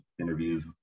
interviews